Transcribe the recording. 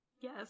Yes